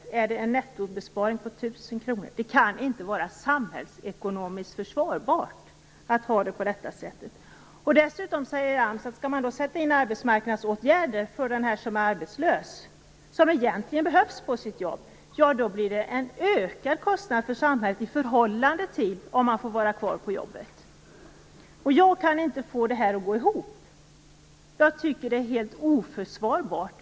Det kan inte vara samhällsekonomiskt försvarbart att ha det på detta sätt. Dessutom säger AMS att om man skall sätta in arbetsmarknadsåtgärder för den som är arbetslös - men som egentligen behövs på sitt jobb - blir det en ökad kostnad för samhället i förhållande till om man får vara kvar på jobbet. Jag kan inte få det här att gå ihop. Jag tycker att det är helt oförsvarbart.